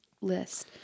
list